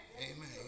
Amen